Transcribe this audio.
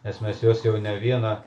nes mes juos jau ne vieną